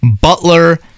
Butler